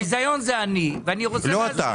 הביזיון זה אני ואני רוצה --- לא אתה,